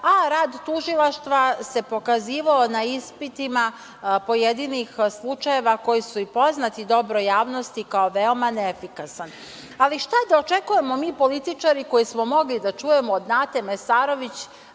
a rad tužilaštva se pokazivao na ispitima pojedinih slučajeva koji su i poznati dobro javnosti kao veoma neefikasan. Šta da očekujemo mi političari koji smo mogli da čujemo od Nate Mesarović